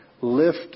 lift